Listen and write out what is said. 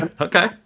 okay